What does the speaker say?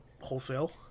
wholesale